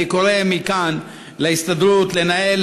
אני קורא מכאן להסתדרות לנהל